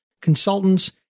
consultants